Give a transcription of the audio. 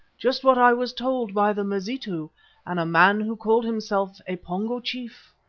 just what i was told by the mazitu and a man who called himself a pongo chief,